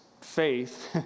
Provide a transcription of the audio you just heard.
faith